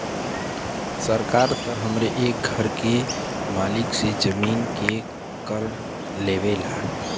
सरकार त हरे एक घर के मालिक से जमीन के कर लेवला